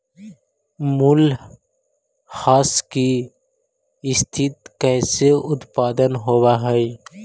मूल्यह्रास की स्थिती कैसे उत्पन्न होवअ हई?